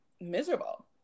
miserable